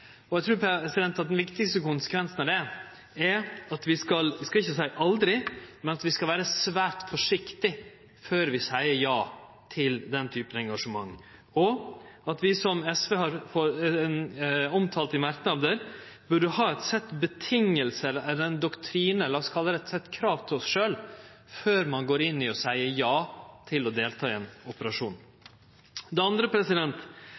Og eg trur at den viktigaste konsekvensen av det er at vi ikkje skal seie aldri, men at vi skal vere svært forsiktige før vi seier ja til den typen engasjement, og at vi – som SV har omtalt i merknader – burde ha et sett med vilkår, eller ein doktrine, la oss kalle det eit sett med krav til oss sjølve, før vi går inn i og seier ja til å delta i ein operasjon. Det andre